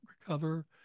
recover